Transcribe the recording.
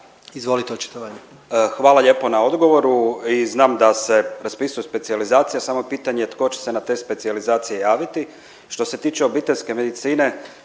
Branko (SDP)** Hvala lijepo na odgovoru i znam da se raspisuju specijalizacije samo je pitanje tko će se na te specijalizacije javiti. Što se tiče obiteljske medicine